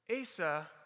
Asa